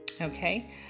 Okay